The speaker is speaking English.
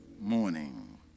morning